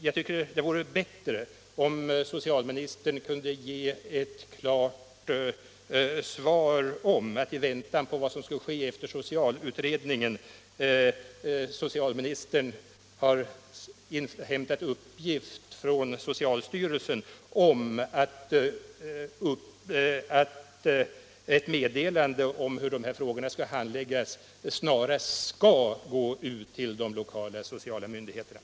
Jag tycker det vore bättre = befolkningsutveckom socialministern kunde ge ett klart besked om att socialstyrelsen, i — lingen väntan på vad som skall ske efter det att socialutredningen slutfört sitt arbete, kommer att lämna ett meddelande till de lokala sociala myndigheterna om hur dessa frågor skall handläggas.